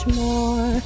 more